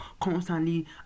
constantly